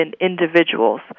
individuals